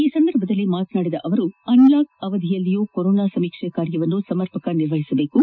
ಈ ಸಂದರ್ಭದಲ್ಲಿ ಮಾತನಾಡಿದ ಅವರು ಅನ್ಲಾಕ್ ಅವಧಿಯಲ್ಲಿಯೂ ಕೊರೊನಾ ಸಮೀಕ್ಷೆ ಕಾರ್ಯವನ್ನು ಸಮರ್ಪಕವಾಗಿ ನಿರ್ವಹಿಸಬೇಕು